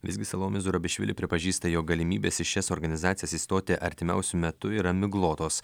visgi salomė zurabišvili pripažįsta jog galimybės į šias organizacijas įstoti artimiausiu metu yra miglotos